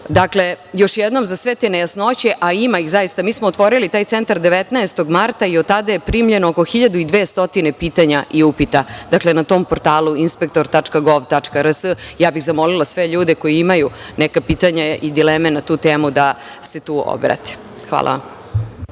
još jednom, za sve te nejasnoće, a ima ih zaista, mi smo otvorili taj centar 19. marta i od tada je primljeno oko 1.200 pitanja i upita na tom portalu inspektor.gov.rs. Ja bih zamolila sve ljude koji imaju neka pitanja i dileme na tu temu da se tu obrate. Hvala.